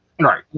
Right